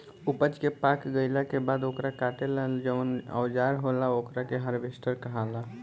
ऊपज के पाक गईला के बाद ओकरा काटे ला जवन औजार होला ओकरा के हार्वेस्टर कहाला